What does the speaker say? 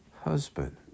husband